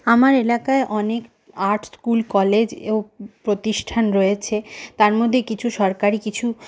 আমার এলাকায় অনেক আর্ট স্কুল কলেজ প্রতিষ্ঠান রয়েছে তার মধ্যে কিছু সরকারি কিছু